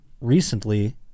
recently